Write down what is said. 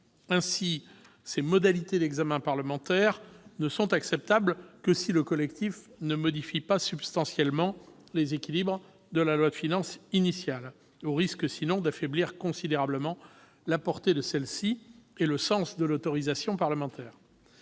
ministres. Ces modalités d'examen parlementaire ne sont donc acceptables que si le collectif ne modifie pas substantiellement les équilibres de la loi de finances initiale, au risque, sinon, d'affaiblir considérablement la portée de celle-ci et le sens de l'autorisation parlementaire.